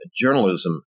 journalism